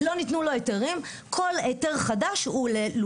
יחידת הפיצוח הייתה שם.